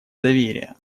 доверие